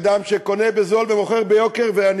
אדם שקונה בזול ומוכר ביוקר, ואני